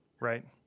Right